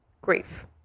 Grief